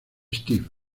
steve